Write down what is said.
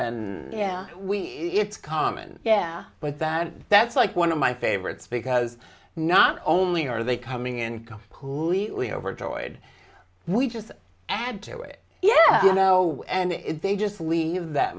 then yeah we it's common yeah but that that's like one of my favorites because not only are they coming in who we are overjoyed we just add to it yeah you know and they just leave that